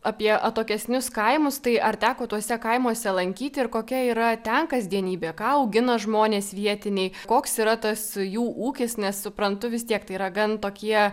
apie atokesnius kaimus tai ar teko tuose kaimuose lankyti ir kokia yra ten kasdienybė ką augina žmonės vietiniai koks yra tas jų ūkis nes suprantu vis tiek tai yra gan tokie